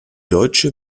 deutsche